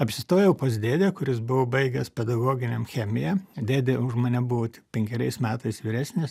apsistojau pas dėdę kuris buvo baigęs pedagoginiam chemiją dėdė už mane buvo tik penkeriais metais vyresnis